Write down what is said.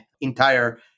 entire